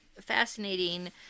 fascinating